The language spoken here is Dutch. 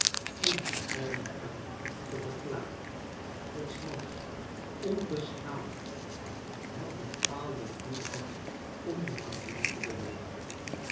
in haar eigen taal te verklaren dat s mans onbeschaamdheid het bepaalde doel had om de familie te beleedigen